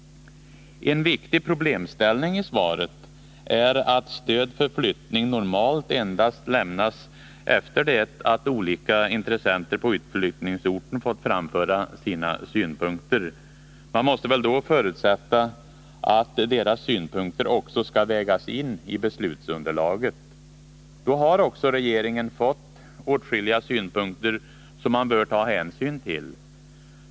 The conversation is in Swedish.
En viktig problemställning i svaret är att stöd för flyttning normalt endast lämnas efter det att olika intressenter på utflyttningsorten fått framföra sina synpunkter. Man måste väl då förutsätta att deras synpunkter också skall vägas in i beslutsunderlaget. Då har också regeringen fått åtskilliga synpunkter som man bör ta hänsyn till.